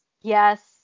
yes